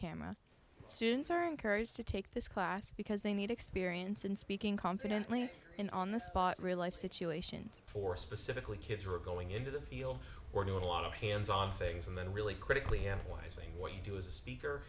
camera and students are encouraged to take this class because they need experience and speaking confidently in on the spot real life situations for specifically kids we're going into the field we're doing a lot of hands on things and then really critically analyze what we do as a speaker